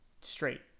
straight